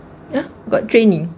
uh got training